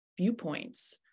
viewpoints